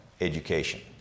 education